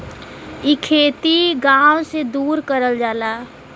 इ खेती गाव से दूर करल जाला